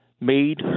made